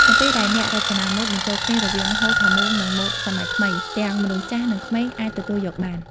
នៅពេលដែលអ្នករចនាម៉ូដបញ្ចូលគ្នារវាង ហូល ផាមួង និងម៉ូដសម័យថ្មី ទាំងមនុស្សចាស់និងក្មេងអាចទទួលយកបាន។